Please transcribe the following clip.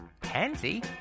pansy